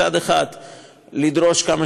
התשע"ז 2017, נתקבל.